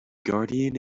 guardian